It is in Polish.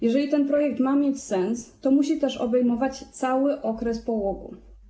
Jeżeli ten projekt ma mieć sens, to musi obejmować cały okres połogu.